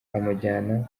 amujyana